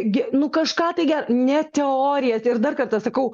gi nu kažką tai gero ne teorijas ir dar kartą sakau